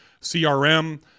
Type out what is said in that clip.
crm